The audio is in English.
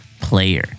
player